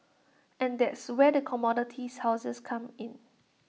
and that's where the commodities houses come in